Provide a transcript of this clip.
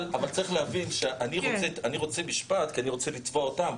אבל צריך להבין שאני רוצה משפט כי אני רוצה לתבוע אותם.